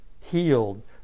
Healed